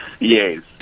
Yes